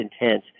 intense